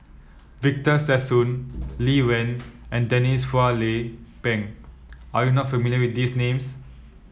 Victor Sassoon Lee Wen and Denise Phua Lay Peng are you not familiar with these names